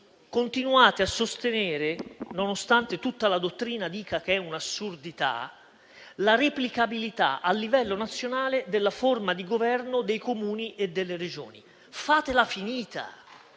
continuate a sostenere, nonostante tutta la dottrina dica che è un'assurdità, la replicabilità a livello nazionale della forma di governo dei Comuni e delle Regioni. Fatela finita!